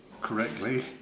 correctly